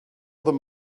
them